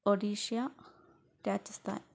Odisha Rajasthan